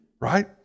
right